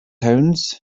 towns